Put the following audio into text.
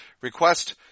Request